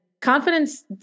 confidence